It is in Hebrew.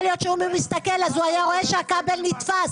אם הוא מסתכל אז יכול להיות שהוא היה רואה שהכבל נתפס,